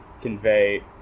convey